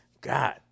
God